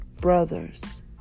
brothers